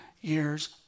years